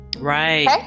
Right